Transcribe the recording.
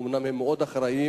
אומנם הם מאוד אחראיים,